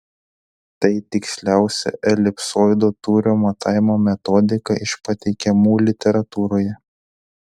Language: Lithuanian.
tai tiksliausia elipsoido tūrio matavimo metodika iš pateikiamų literatūroje